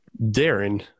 Darren